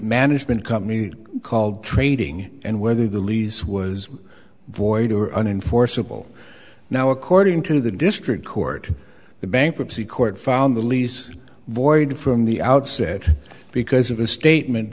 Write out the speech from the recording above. management company called trading and whether the lease was void or uninformed simple now according to the district court the bankruptcy court found the lease void from the outset because of a statement